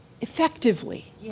effectively